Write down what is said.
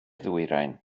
ddwyrain